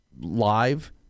live